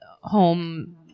home